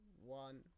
one